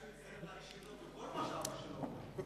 הבעיה שהוא יצטרך להקשיב לו בכל מה שאבא שלו אומר.